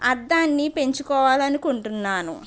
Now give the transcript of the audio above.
అర్ధాన్ని పెంచుకోవాలనుకుంటున్నాను